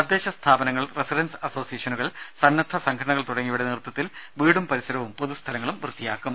തദ്ദേശ സ്ഥാപനങ്ങൾ റസിഡൻസ് അസോസിയേഷനുകൾ സന്നദ്ധ സംഘടനകൾ തുടങ്ങിയവയുടെ നേതൃത്വത്തിൽ വീടും പരിസരവും പൊതുസ്ഥലങ്ങളും വൃത്തിയാക്കും